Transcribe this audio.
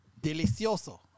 Delicioso